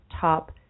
top